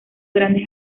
grandes